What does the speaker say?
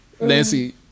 Nancy